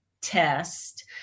test